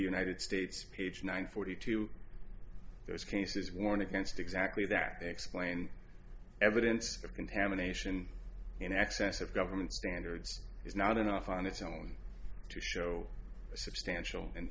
united states page nine forty two of those cases warn against exactly that explained evidence of contamination in excess of government standards is not enough on its own to show a substantial